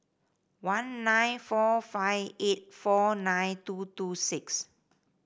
one nine four five eight four nine two two six